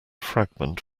fragment